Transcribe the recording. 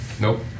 Nope